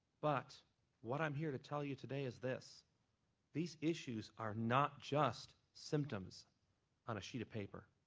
but what i'm here to tell you today is this these issues are not just symptoms on a sheet of paper.